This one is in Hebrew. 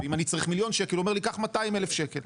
אם אני צריך מיליון ₪- הוא אומר לי: קח 200,000 ₪.